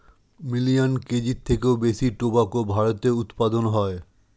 million কেজির থেকেও বেশি টোবাকো ভারতে উৎপাদন হয়